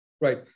Right